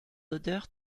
odeurs